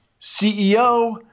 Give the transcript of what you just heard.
CEO